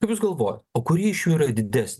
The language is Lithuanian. kaip jūs galvojat o kuri iš jų yra didesnė